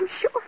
sure